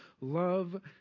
love